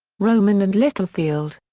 rowman and littlefield.